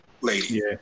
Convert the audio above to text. lady